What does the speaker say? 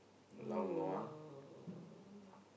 um